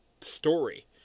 story